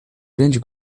grande